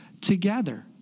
together